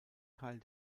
teil